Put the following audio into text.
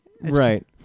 Right